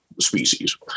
species